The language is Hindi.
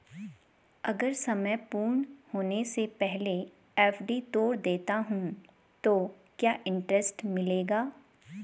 अगर समय पूर्ण होने से पहले एफ.डी तोड़ देता हूँ तो क्या इंट्रेस्ट मिलेगा?